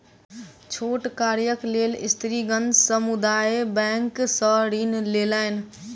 छोट कार्यक लेल स्त्रीगण समुदाय बैंक सॅ ऋण लेलैन